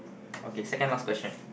okay second last question